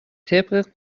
طبق